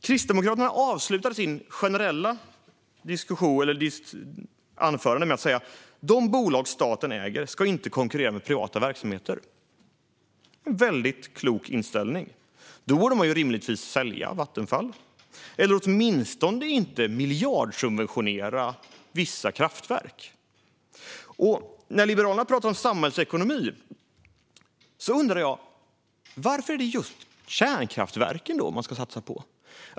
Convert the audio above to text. Kristdemokraterna avslutar sitt generella anförande med att säga att de bolag som staten äger inte ska konkurrera med privata verksamheter. Det är en väldigt klok inställning. Då borde man rimligtvis sälja Vattenfall eller åtminstone inte miljardsubventionera vissa kraftverk. När Liberalerna pratar om samhällsekonomi undrar jag varför det är just kärnkraftverken som man ska satsa på.